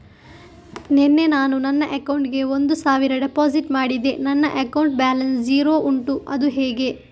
ನಿನ್ನೆ ನಾನು ನನ್ನ ಅಕೌಂಟಿಗೆ ಒಂದು ಸಾವಿರ ಡೆಪೋಸಿಟ್ ಮಾಡಿದೆ ನನ್ನ ಅಕೌಂಟ್ ಬ್ಯಾಲೆನ್ಸ್ ಝೀರೋ ಉಂಟು ಅದು ಹೇಗೆ?